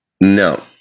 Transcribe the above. No